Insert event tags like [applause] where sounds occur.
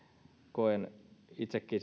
koen itsekin [unintelligible]